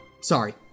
Sorry